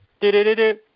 Do-do-do-do